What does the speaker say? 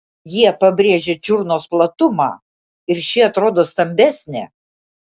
jie pabrėžia čiurnos platumą ir ši atrodo stambesnė